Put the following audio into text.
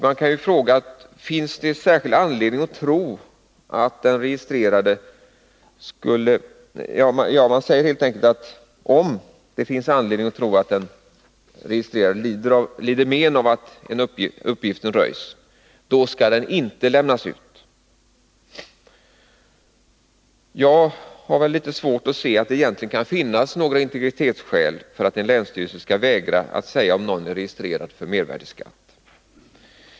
Man säger att om Nr 38 det finns anledning att tro att den registrerade lider men av att en uppgift röjs, så skall den inte lämnas ut. Jag har litet svårt att se att det egentligen kan finnas några integritetsskäl för att en länsstyrelse skall vägra att säga om någon är registrerad för mervärdeskatt.